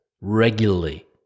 regularly